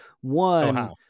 One